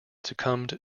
succumbed